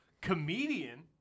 comedian